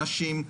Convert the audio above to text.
נשים,